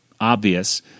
obvious